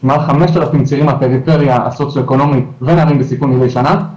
5,000 בני נוער מהפריפריה הסוציו אקונומית ונערים בסיכון מדי שנה,